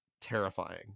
terrifying